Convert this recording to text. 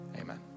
Amen